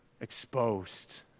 exposed